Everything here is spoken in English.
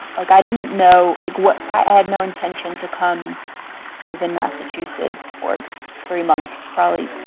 like i didn't know. like what? i had no intention to come live in massachusetts for three months, probably,